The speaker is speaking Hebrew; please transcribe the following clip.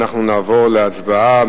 אנחנו נעבור להצבעה,